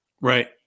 Right